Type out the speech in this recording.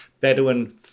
Bedouin